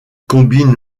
combine